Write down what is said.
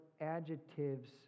adjectives